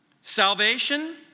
Salvation